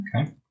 Okay